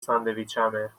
ساندویچمه